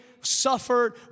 suffered